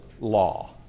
law